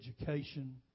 education